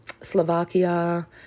Slovakia